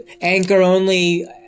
anchor-only